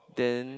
then